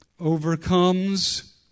overcomes